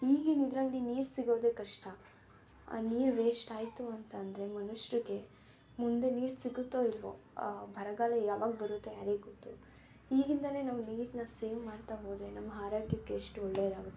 ಈಗಿನ ಇದರಲ್ಲಿ ನೀರು ಸಿಗೋದೆ ಕಷ್ಟ ನೀರು ವೇಸ್ಟ್ ಆಯಿತು ಅಂತ ಅಂದರೆ ಮನುಷ್ಯರ್ಗೆ ಮುಂದೆ ನೀರು ಸಿಗುತ್ತೊ ಇಲ್ಲವೋ ಬರಗಾಲ ಯಾವಾಗ ಬರುತ್ತೊ ಯಾರಿಗೊತ್ತು ಈಗಿಂದಲೇ ನಾವು ನೀರನ್ನ ಸೇವ್ ಮಾಡ್ತಾ ಹೋದರೆ ನಮ್ಮ ಆರೋಗ್ಯಕ್ಕೆ ಎಷ್ಟು ಒಳ್ಳೆಯದಾಗುತ್ತೆ